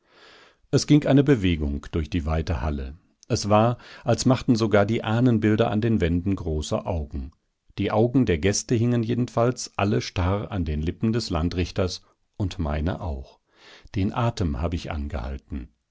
es ging eine bewegung durch die weite halle es war als machten sogar die ahnenbilder an den wänden große augen die augen der gäste hingen jedenfalls alle starr an den lippen des landrichters und meine auch den atem hab ich angehalten